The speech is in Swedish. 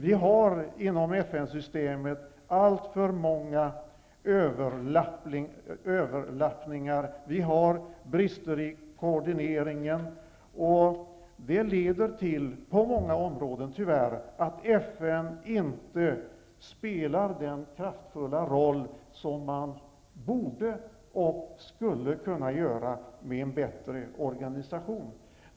Inom FN-systemet finns det alltför många överlappningar och brister i koordineringen. På många områden leder det, tyvärr, till att FN inte spelar den kraftfulla roll som FN borde, och skulle kunna, spela med en bättre organisation.